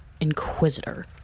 inquisitor